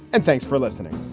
and thanks for listening